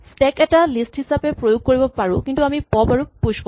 stack এটা list হিচাপে প্ৰয়োগ কৰিব পাৰো কিন্তু আমি পপ্ আৰু প্যুচ কৰো